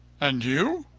and you?